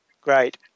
Great